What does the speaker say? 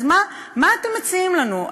מה אתם מציעים לנו?